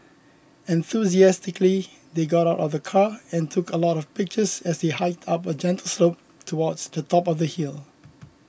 enthusiastically they got out of the car and took a lot of pictures as they hiked up a gentle slope towards the top of the hill